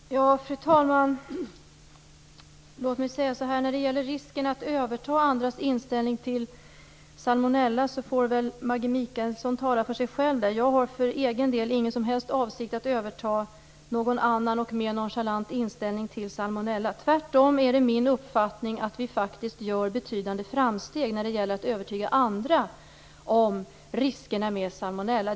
Fru talman! Maggi Mikaelsson får tala för sig själv när det gäller risken för att överta andras inställning till salmonella. Jag har för egen del ingen som helst avsikt att överta någon annan och mer nonchalant inställning till salmonella. Tvärtom. Det är min uppfattning att vi faktiskt gör betydande framsteg när det gäller att övertyga andra om riskerna med salmonella.